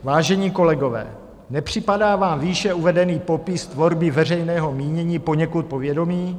Vážení kolegové, nepřipadá vám výše uvedený popis tvorby veřejného mínění poněkud povědomý?